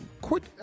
Quit